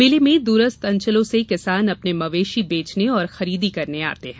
मेले में दूरस्थ अंचलों से किसान अपने मवेशी बेचने और खरीदी करने आते है